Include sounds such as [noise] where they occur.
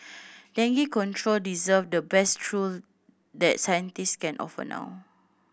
dengue control deserve the best tool that [unintelligible] can offer now